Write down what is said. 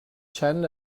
چند